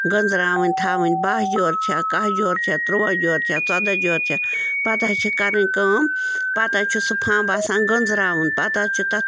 گنٛزراوٕنۍ تھاوٕنۍ باہ جور چھَا کاہ جور چھَا ترُواہ جور چھَا ژۄداہ جور چھا پتہٕ حظ چھِ کَرٕنۍ کٲم پتہٕ حظ چھُ سُہ فمب آسان گنٛزراوُن پتہٕ حظ چھُ تَتھ